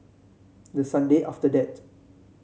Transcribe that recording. the Sunday after that